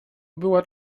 byłaby